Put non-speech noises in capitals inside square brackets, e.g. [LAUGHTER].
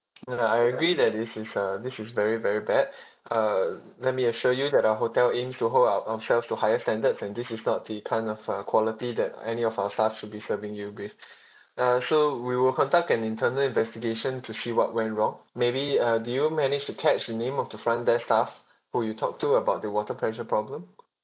ya I agree that this is uh this is very very bad uh let me assure you that our hotel aims to hold up ourselves to higher standards and this is not the kind of uh quality that any of our staff should be serving you with [BREATH] uh so we will conduct an internal investigation to see what went wrong maybe uh did you manage to catch the name of the front desk staff who you talk to about the water pressure problem